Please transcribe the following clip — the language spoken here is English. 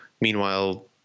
meanwhile